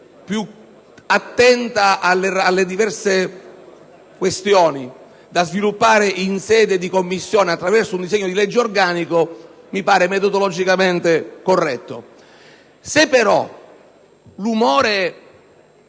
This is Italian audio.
più attenta alle diverse questioni, da sviluppare in Commissione attraverso un disegno di legge organico, mi pare metodologicamente corretta. Se però l'umore